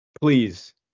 Please